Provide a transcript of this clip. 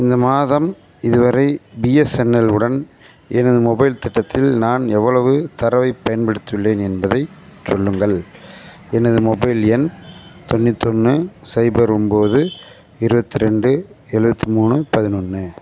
இந்த மாதம் இதுவரை பிஎஸ்என்எல் உடன் எனது மொபைல் திட்டத்தில் நான் எவ்வளவு தரவைப் பயன்படுத்தியுள்ளேன் என்பதை சொல்லுங்கள் எனது மொபைல் எண் தொண்ணூத்தொன்று சைபர் ஒன்போது இருவத்து ரெண்டு எழுவத்தி மூணு பதினொன்று